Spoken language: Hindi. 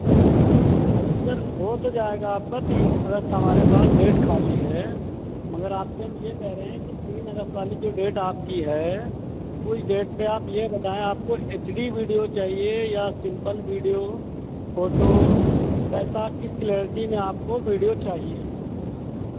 हाँ जी सर हो तो जाएगा आपका तीन अगस्त हमारे पास डेट खाली है मगर आपसे हम ये कह रहे हैं कि तीन अगस्त वाली जो डेट आपकी है उस डेट पे आप ये बताएं आपको एच डी वीडियो चाहिए या सिम्पल वीडियो फोटो कैसा किस क्लियरटी में आपको वीडियो चाहिए